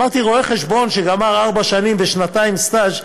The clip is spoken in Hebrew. אמרתי: רואה-חשבון שגמר ארבע שנים ושנתיים סטאז'